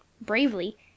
Bravely